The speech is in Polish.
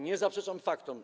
Nie zaprzeczam faktom.